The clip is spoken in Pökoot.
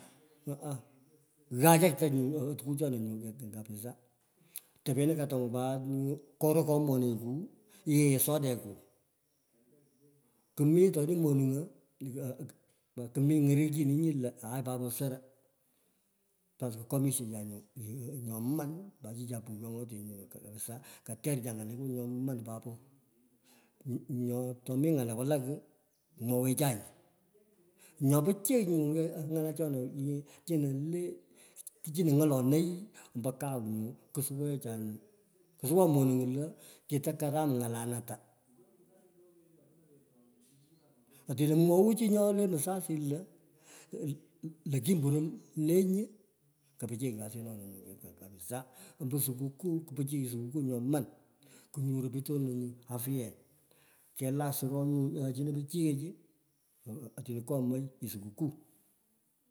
Aaa ha, ghachach ye nyu tukuchona nyu kapsa; tepeno pat katangu pat nyu, koro komoniku, ryeghei sodeku. Kumitoni munung'a. lo lo aai papo soro, pa kwomisyecha nyuu nyoman, pat chicha bighyong'ote nyu kapsaa, ketercha ng'aleku nyonan papo, nyo otom ng'ale chona le kuchini ng'olonoi ombo kau nyu, ksuwecha nyu ksuwa monung'o lo, kito karam ngalanata. Otino mwowu chi ngo le mzazi lo, lo. Kumburei, lenyi, kupichiy kesinona nyo kapsaa ombo sukukuu. nyoman, kunguru pich tono nyuu afyen, kalelk suru nyu chini pichi yech otino kyemoi sokukuu